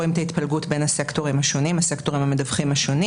רואים את ההתפלגות בין הסקטורים המדווחים השונים.